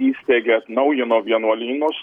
įsteigė atnaujino vienuolynus